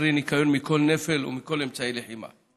אחרי ניקיון מכל נפל ומכל אמצעי לחימה.